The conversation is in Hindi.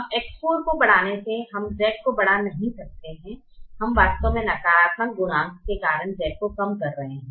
अब X4 को बढ़ाने से हम Z को बढ़ा नहीं सकते हैं हम वास्तव में नकारात्मक गुणांक के कारण Z को कम कर रहे हैं